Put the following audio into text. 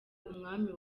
umwami